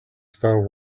star